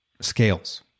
scales